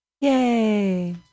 Yay